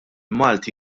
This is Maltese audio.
malti